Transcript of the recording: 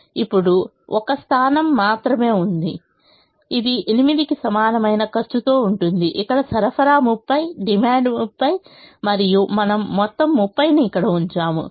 ఇప్పుడు ఒక స్థానం మాత్రమే ఉంది ఇది 8 కి సమానమైన ఖర్చుతో ఉంటుంది ఇక్కడ సరఫరా 30 డిమాండ్ 30 మరియు మనము మొత్తం 30 ని ఇక్కడ ఉంచాము